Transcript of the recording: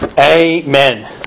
Amen